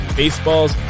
baseballs